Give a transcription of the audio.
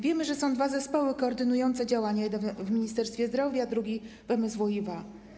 Wiemy, że są dwa zespoły koordynujące działania: jeden w Ministerstwie Zdrowia, drugi w MSWiA.